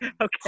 Okay